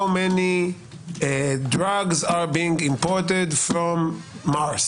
כמה סמים מיובאים ממארס?